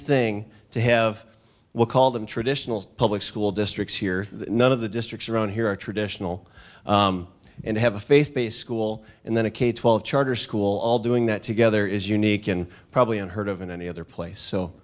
thing to have we'll call them traditional public school districts here none of the districts around here are traditional and have a faith based school and then a k twelve charter school all doing that together is unique and probably unheard of in any other place so